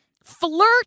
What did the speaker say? Flirt